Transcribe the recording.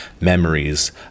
Memories